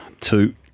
Two